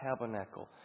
tabernacle